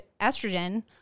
estrogen